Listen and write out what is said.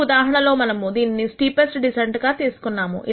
ఈ ఉదాహరణలో మనము దీనిని స్టీపెస్ట్ డీసెంట్గా తీసుకున్నాము